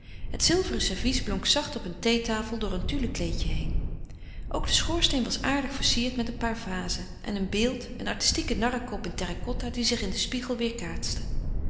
het zilveren servies blonk zacht op een theetafel door een tulle kleedje heen ook de schoorsteen was aardig versierd met een paar vazen en een beeld een artistieken narrekop in terracotta die zich in den spiegel weêrkaatste